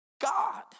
God